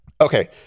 Okay